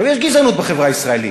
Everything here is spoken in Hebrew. יש גזענות בחברה הישראלית,